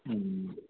ಹ್ಞೂ